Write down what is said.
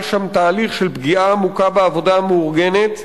שם תהליך של פגיעה עמוקה בעבודה המאורגנת.